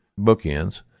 bookends